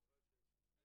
מה זה אתתים?